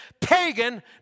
pagan